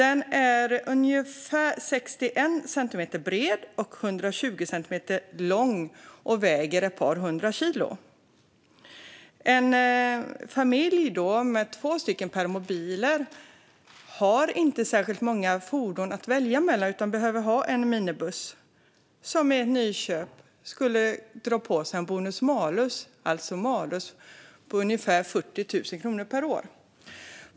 En permobil är ungefär 61 centimeter bred och 120 centimeter lång och väger ett par hundra kilo. En familj med två permobiler har inte särskilt många fordon att välja mellan utan behöver ha en minibuss, som vid nyinköp skulle dra på sig en bonus-malus - alltså malus - på ungefär 40 000 kronor per år.